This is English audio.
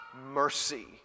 mercy